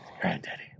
granddaddy